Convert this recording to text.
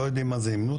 לא יודעים מה זה הימנותא,